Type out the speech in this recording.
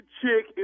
chick